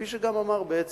כפי שאמר גם בעצם,